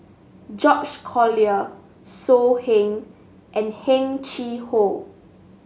George Collyer So Heng and Heng Chee How